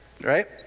right